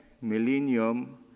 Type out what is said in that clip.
millennium